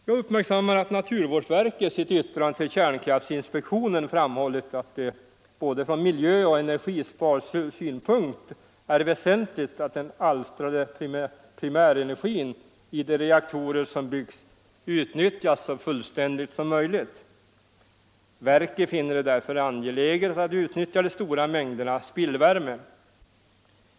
Jag uppmärksammade att naturvårdsverket i sitt yttrande till kärnkraftinspektionen framhållit att det från både miljöoch energisparsynpunkt är väsentligt att den alstrade primärenergin i de reaktorer som byggts utnyttjas så fullständigt som möjligt. Verket finner det därför angeläget att utnyttja de stora mängderna spillvärme.